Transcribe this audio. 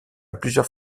plusieurs